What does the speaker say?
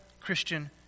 Christian